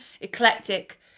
eclectic